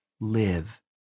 live